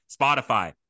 spotify